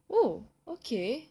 oh okay